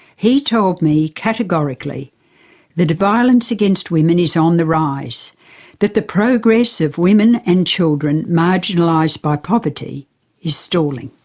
he told me categorically that violence against women is on the rise, and that the progress of women and children marginalised by poverty is stalling.